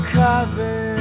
cover